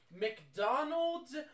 McDonald's